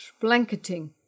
blanketing